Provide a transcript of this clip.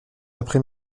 après